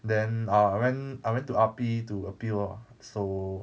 then err I went I went to R_P to appeal out so